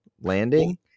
landing